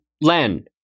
Len